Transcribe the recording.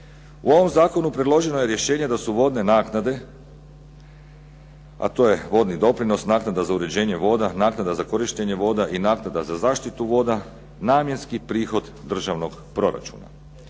U ovom zakonu predloženo je rješenje da su vodne naknade a to je vodni doprinos, naknada za uređenje voda, naknada za korištenje voda i naknada za zaštitu voda namjenski prihod državnog proračuna.